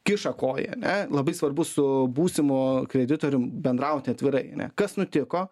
kiša koją ane labai svarbu su būsimu kreditorium bendrauti atvirai ane kas nutiko